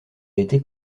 été